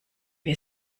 wir